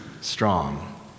strong